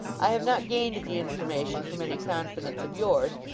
i have not gained the information from any confidence of yours,